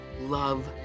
love